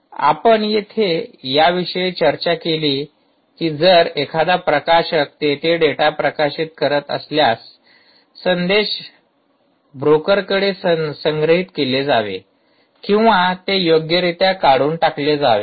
आपण येथे याविषयी चर्चा केली की जर एखादा प्रकाशक तेथे डेटा प्रकाशित करीत असल्यास संदेश असल्यास ब्रोकेरकडे संग्रहित केले जावे किंवा ते योग्यरित्या काढून टाकले जावे